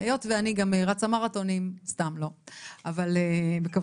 היות ואני גם רצה מרתונים, סתם, לא, אבל בכוונתי,